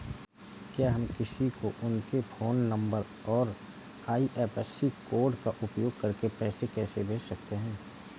क्या हम किसी को उनके फोन नंबर और आई.एफ.एस.सी कोड का उपयोग करके पैसे कैसे भेज सकते हैं?